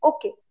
Okay